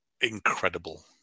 incredible